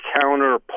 counter